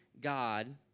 god